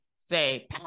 say